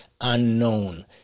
unknown